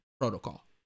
Protocol